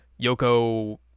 Yoko